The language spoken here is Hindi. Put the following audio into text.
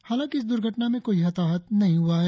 हालांकि इस दूर्घटना में कोई हताहत नही हुआ है